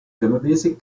canadese